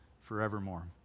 forevermore